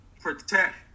protect